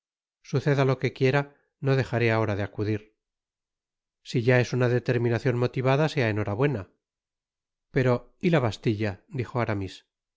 suceda lo que quiera no dejaré ahora de acudir si es ya una determinacion motivada sea enhorabuena pero y la bastilla dijo aramis